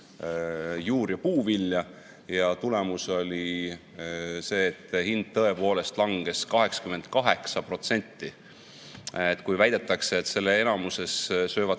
juur- ja puuvilja. Tulemus oli see, et hind tõepoolest langes 88%. Kuigi väidetakse, et selle enamasti söövad